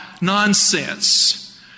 Nonsense